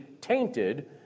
tainted